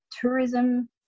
tourism